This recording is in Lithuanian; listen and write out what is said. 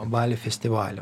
balių festivalių